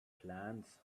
plants